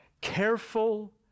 careful